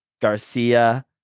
Garcia